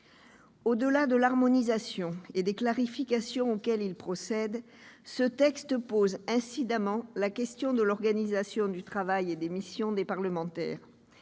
Au-delà de l'harmonisation et des clarifications auxquelles il procède, ce texte pose incidemment la question de l'organisation du travail et des missions des parlementaires,